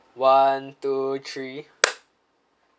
one two three